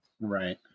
Right